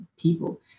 people